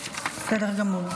בסדר גמור.